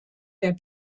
der